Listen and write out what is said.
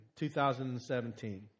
2017